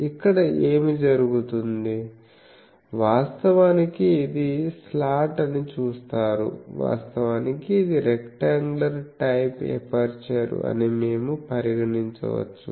ఇక్కడ ఏమి జరుగుతుంది వాస్తవానికి ఇది స్లాట్ అని చూస్తారు వాస్తవానికి ఇది రెక్టాంగ్యులర్ టైప్ ఎపర్చరు అని మేము పరిగణించవచ్చు